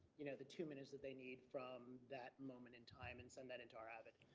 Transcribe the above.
you know, the two minutes that they need from that moment in time and send that into our avot.